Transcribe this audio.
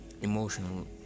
emotional